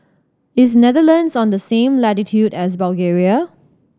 is Netherlands on the same latitude as Bulgaria